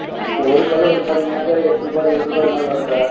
இப்போ ஒரு கல்லுக்கு வந்து பார்த்திங்கன்னாக்க எட்ரூபா ஏழ்ரூபா இதை மாதிரி வரும் சார்